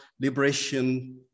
liberation